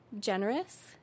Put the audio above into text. Generous